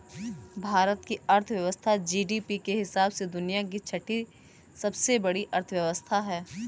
भारत की अर्थव्यवस्था जी.डी.पी के हिसाब से दुनिया की छठी सबसे बड़ी अर्थव्यवस्था है